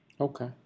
Okay